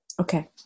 Okay